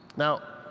now,